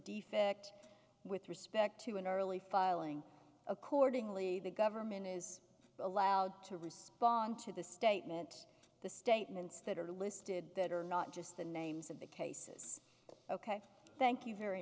defect with respect to an early filing accordingly the government is allowed to respond to the statement the statements that are listed that are not just the names of the cases ok thank you very